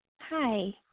Hi